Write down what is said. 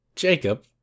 jacob